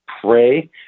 pray